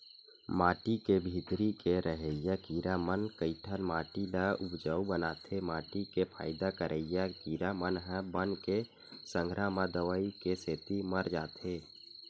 माटी के भीतरी के रहइया कीरा म कइठन माटी ल उपजउ बनाथे माटी के फायदा करइया कीरा मन ह बन के संघरा म दवई के सेती मर जाथे